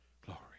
glory